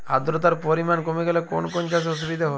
আদ্রতার পরিমাণ কমে গেলে কোন কোন চাষে অসুবিধে হবে?